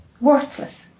worthless